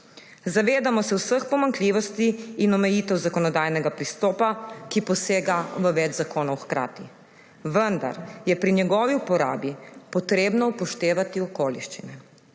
Zavedamo se vseh pomanjkljivosti in omejitev zakonodajnega pristopa, ki posega v več zakonov hkrati, vendar je pri njegovi uporabi potrebno upoštevati okoliščine,